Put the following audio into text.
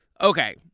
Okay